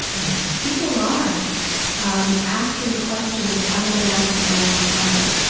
people are um asking questions that haven't been asked in a long time,